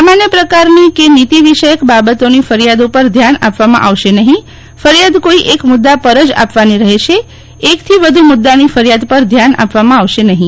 સામાન્ય પ્રકારની કે નીતિ વિષયક બાબતો ની ફરિયાદો પર ધ્યાન આપવામાં આવશે નહિ ફરિયાદ કોઈ એક મુદા પર જ આપવાની રફેશે એક થી વધુ મુદાની ફરિયાદ પર ધ્યાન આપવામાં આવશે નફિ